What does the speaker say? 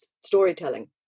storytelling